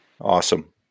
Awesome